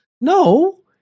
No